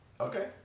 Okay